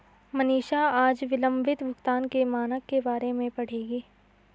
मनीषा आज विलंबित भुगतान के मानक के बारे में पढ़ेगी